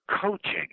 coaching